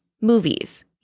movies